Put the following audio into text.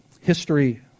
history